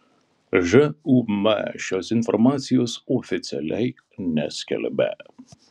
žūm šios informacijos oficialiai neskelbia